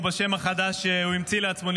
או בשם החדש שהוא המציא לעצמו,